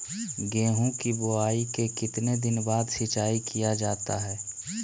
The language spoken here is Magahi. गेंहू की बोआई के कितने दिन बाद सिंचाई किया जाता है?